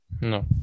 No